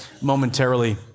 momentarily